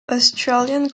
australian